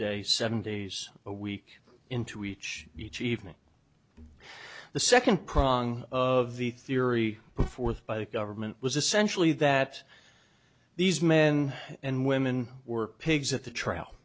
day seven days a week into each each evening the second prong of the theory before by the government was essentially that these men and women were pigs at the trial